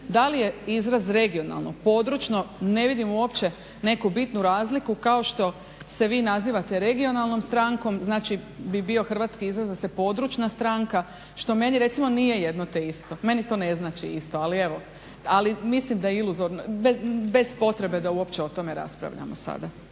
Da li je izraz regionalno, područno ne vidimo uopće neku bitnu razliku kao što se vi nazivate regionalnim strankom znači bi bio izraz da ste područna stranka što recimo meni nije jedno te isto, meni to ne znači isto, ali evo. Mislim da je bez potrebe da uopće o tome raspravljamo sada.